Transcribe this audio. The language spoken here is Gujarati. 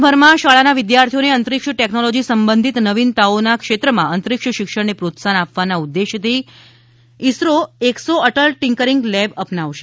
દેશભરમાં શાળાના વિદ્યાર્થીઓને અંતરીક્ષ ટેકનોલોજી સંબંધિત નવીનતાઓના ક્ષેત્રમાં અંતરીક્ષ શિક્ષણને પ્રોત્સાહન આપવાના ઉદેશથી ઇસરો એક્સો અટલ ટિંકરિંગ લેબ અપનાવશે